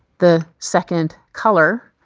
the second color.